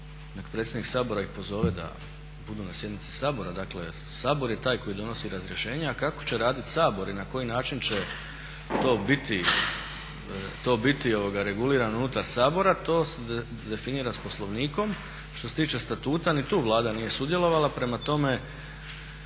neka predsjednik Sabora ih pozove da budu na sjednici Sabora. Dakle Sabor je taj koji donosi razrješenja a kako će raditi Sabor i na koji način će to biti regulirano unutar Sabora to se definira s Poslovnikom. Što se tiče statuta, ni tu Vlada nije sudjelovala. Prema tome,